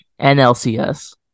NLCS